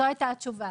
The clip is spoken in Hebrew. זו הייתה התשובה.